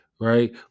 right